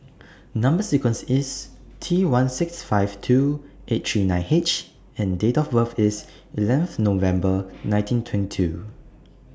Number sequence IS T one six five two eight three nine H and Date of birth IS eleventh November nineteen twenty two